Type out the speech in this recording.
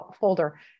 folder